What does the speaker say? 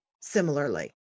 similarly